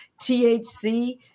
THC